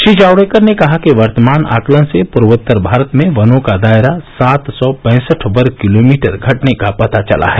श्री जावड़ेकर ने कहा कि वर्तमान आकलन से पूर्वोत्तर भारत में वनों का दायरा सात सौ पैंसठ वर्ग किलोमीटर घटने का पता चला है